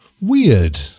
weird